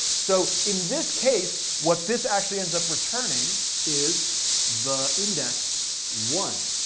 so in this case, what this actually ends up returning is the index one.